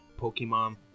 Pokemon